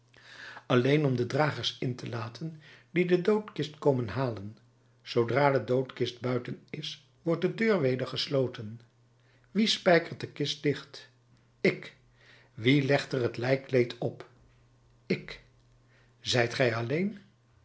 alleen om de dragers in te laten die de doodkist komen halen zoodra de doodkist buiten is wordt de deur weder gesloten wie spijkert de kist dicht ik wie legt er het lijkkleed op ik zijt gij alleen